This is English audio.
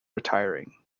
retiring